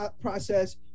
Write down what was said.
process